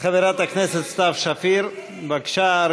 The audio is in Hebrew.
חברת הכנסת סתיו שפיר, בבקשה.